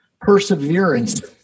perseverance